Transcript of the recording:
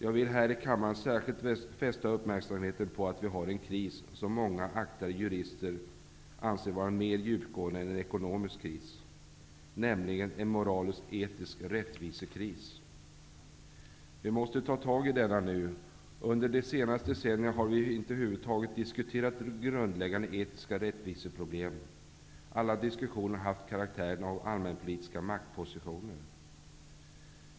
Jag vill här i kammaren särskilt fästa uppmärksamheten på att vi har en kris som många aktade jurister anser vara mer djupgående än en ekonomisk kris, nämligen en moralisk-etisk rättvisekris. Vi måste ta tag i denna nu. Under de senaste decennierna har vi över huvud taget inte diskuterat grundläggande etiska rättviseproblem. Alla diskussioner har haft sin utgångspunkt i allmänpolitiska maktpositioner.